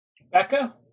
Becca